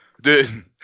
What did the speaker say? Dude